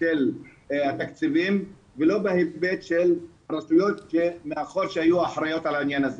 של תקציבים ולא בהיבט של רשויות מאחור שהיו אחראיות לעניין הזה.